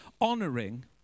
honoring